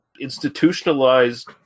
institutionalized